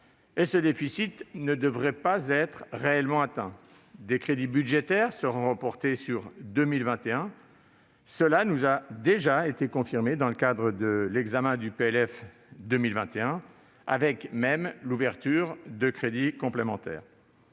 et le déficit annoncé ne devrait pas réellement être atteint. Des crédits budgétaires seront reportés sur 2021. Cela nous a déjà été confirmé dans le cadre de l'examen du PLF 2021, avec même l'ouverture de crédits complémentaires.